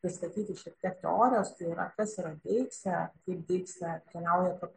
pristatyti šiek tiek teorijos tai yra kas yra deiksė kaip deiksė keliauja kartu